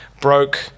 broke